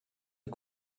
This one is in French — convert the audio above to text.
les